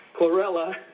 Chlorella